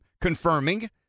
confirming